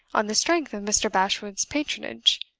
on the strength of mr. bashwood's patronage.